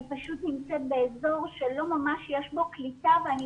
אני פשוט נמצאת באזור שלא ממש יש בו קליטה ואני